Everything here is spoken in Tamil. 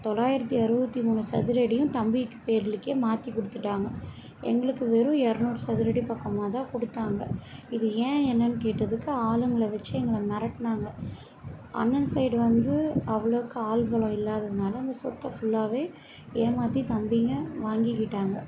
தொளாயிரத்து அறுபத்தி மூணு சதுர அடியும் தம்பிக்கு பேருக்கே மாற்றிக்குடுத்துட்டாங்க எங்களுக்கு வெறும் எரநூறு சதுர அடி பக்கமாக தான் கொடுத்தாங்க இது ஏன் என்னென்னு கேட்டதுக்கு ஆளுங்களை வச்சு எங்களை மிரட்னாங்க அண்ணன் சைடு வந்து அவ்ளோக்காக ஆள் பலம் இல்லாததுனால அந்த சொத்தை ஃபுல்லாகவே ஏமாற்றி தம்பிங்க வாங்கிக்கிட்டாங்க